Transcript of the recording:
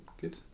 good